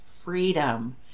freedom